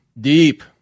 deep